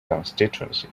constituency